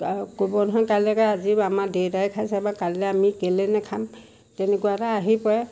আ ক'ব নহয় কাইলৈকে আজি আমাৰ দেউতাই খাইছে বা কাইলৈ আমি কেলৈ নাখাম তেনেকুৱা এটা আহি পৰে